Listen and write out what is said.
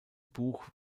buch